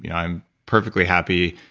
you know i'm perfectly happy